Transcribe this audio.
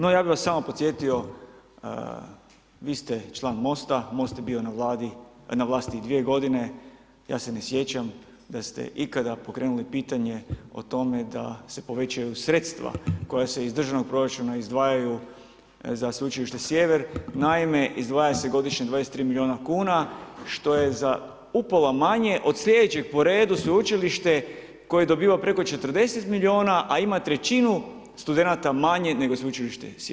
No ja bih vas samo podsjetio, vi ste član MOST-a, MOST je bio na vlasti 2 godine, ja se ne sjećam da ste ikada pokrenuli pitanje o tome da se povećaju sredstva koja se iz državnog proračuna izdvajaju za Sveučilište Sjever, naime izdvaja se godišnje 23 milijuna kuna što je za upola manje od sljedećeg po redu sveučilište koje dobiva preko 40 milijuna, a ima trećinu studenata manje nego Sveučilište Sjever.